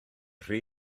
rhy